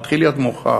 מתחיל להיות מאוחר.